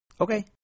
Okay